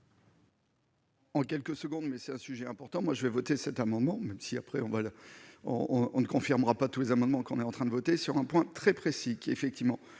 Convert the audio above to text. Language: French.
En quelques secondes, mais c'est un sujet important, moi je vais voter, c'est un moment même si après on va on on ne confirmera pas tous les amendements qu'on est en train de voter sur un point très précis qui, effectivement,